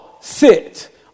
sit